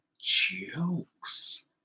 jokes